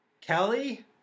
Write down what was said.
Kelly